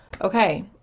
okay